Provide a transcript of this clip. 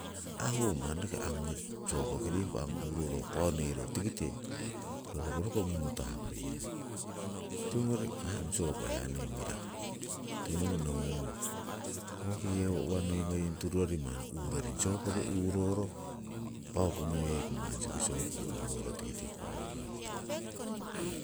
manni angu sopoki riku angu uroro paau neiro, tikite ro hoko rokong munu tabuying. Tiwongori aii ong sopo hiya noi mirahu. Tiwongori nohungung woki yewo uwa noi ngoying tururoring manni uroring sopoki uroro, paau koh ngoyeku manni sopoki uroro tikite paau roroheton.